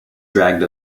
dragged